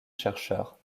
chercheurs